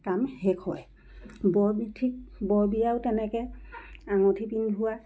কাম শেষ হয় বৰ বিশেষ বৰবিয়াও তেনেকৈ আঙুঠি পিন্ধোৱা